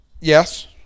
Yes